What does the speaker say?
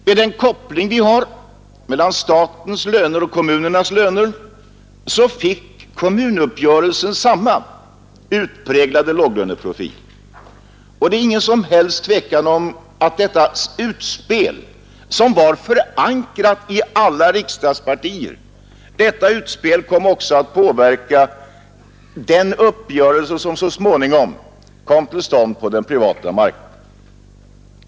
Med den koppling vi har mellan statens löner och kommunernas löner fick kommunuppgörelsen samma utpräglade låglöneprofil. Det är ingen som helst tvekan om att detta utspel, som var förankrat i alla riksdagspartier, också kom att påverka den uppgörelse som så småningom kom till stånd på den privata marknaden.